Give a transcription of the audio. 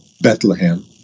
Bethlehem